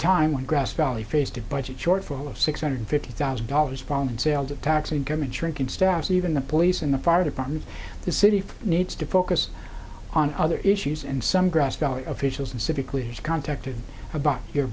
time when grass valley faced a budget shortfall of six hundred fifty thousand dollars bond sales of tax income and shrinking staffs even the police in the fire department the city needs to focus on other issues and some grass valley officials and civic leaders contacted about your